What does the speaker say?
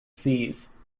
sees